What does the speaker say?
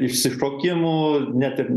išsišokimų net ir